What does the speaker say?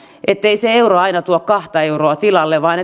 ettei se euro aina tuo kahta euroa tilalle vaan